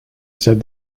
said